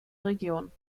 regionen